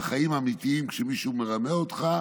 "בחיים האמיתיים, כשמישהו מרמה אותך,